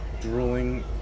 drooling